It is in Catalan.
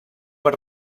per